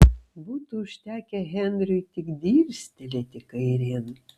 būtų užtekę henriui tik dirstelėti kairėn